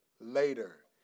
later